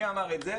מי אמר את זה?